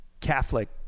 catholic